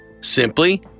Simply